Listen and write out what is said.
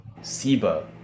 Siba